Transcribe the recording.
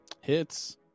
Hits